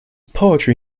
poetry